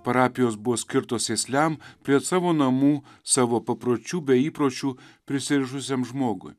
parapijos buvo skirtos sėsliam prie savo namų savo papročių bei įpročių prisirišusiam žmogui